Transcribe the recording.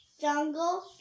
jungle